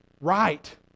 right